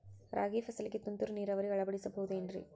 ರಾಗಿ ಫಸಲಿಗೆ ತುಂತುರು ನೇರಾವರಿ ಅಳವಡಿಸಬಹುದೇನ್ರಿ?